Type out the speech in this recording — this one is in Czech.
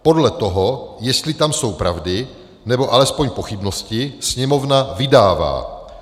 Podle toho, jestli jsou tam pravdy, nebo alespoň pochybnosti, Sněmovna vydává.